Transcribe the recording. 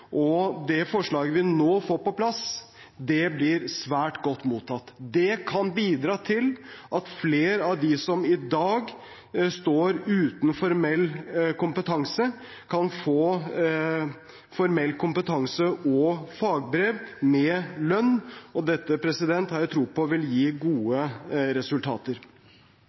fagopplæringen. Det forslaget vi nå får på plass, blir svært godt mottatt. Det kan bidra til at flere av dem som i dag står uten formell kompetanse, kan få formell kompetanse og fagbrev med lønn. Dette har jeg tro på vil gi gode resultater.